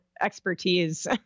expertise